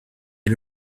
des